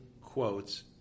quotes